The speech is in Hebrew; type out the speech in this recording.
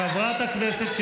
חבריי חברי הכנסת,